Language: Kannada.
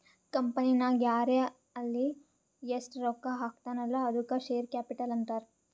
ಕಂಪನಿನಾಗ್ ಯಾರೇ ಆಲ್ಲಿ ಎಸ್ಟ್ ರೊಕ್ಕಾ ಹಾಕ್ತಾನ ಅಲ್ಲಾ ಅದ್ದುಕ ಶೇರ್ ಕ್ಯಾಪಿಟಲ್ ಅಂತಾರ್